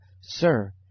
Sir